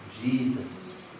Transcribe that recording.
jesus